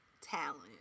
talent